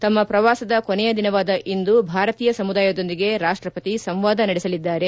ತಮ್ನ ಪ್ರವಾಸದ ಕೊನೆಯ ದಿನವಾದ ಇಂದು ಭಾರತೀಯ ಸಮುದಾಯದೊಂದಿಗೆ ರಾಷ್ಟಪತಿ ಸಂವಾದ ನಡೆಸಲಿದ್ದಾರೆ